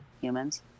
humans